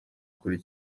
kuri